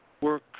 Work